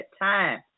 time